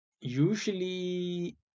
usually